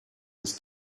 des